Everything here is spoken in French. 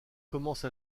commence